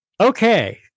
Okay